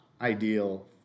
ideal